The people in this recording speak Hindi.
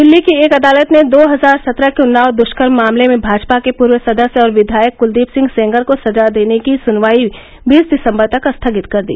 दिल्ली की एक अदालत ने दो हजार सत्रह के उन्नाव दुष्कर्म मामले में भाजपा के पूर्व सदस्य और विधायक कूलदीप सिंह सेंगर को सजा देने की सुनवाई बीस दिसम्बर तक स्थगित कर दी